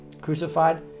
crucified